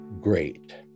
great